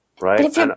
right